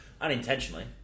unintentionally